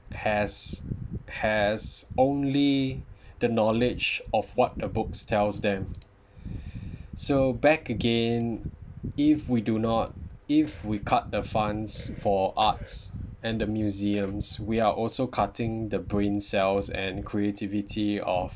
has has only the knowledge of what the books tells them so back again if we do not if we cut the funds for arts and the museums we are also cutting the brain cells and creativity of